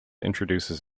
introduces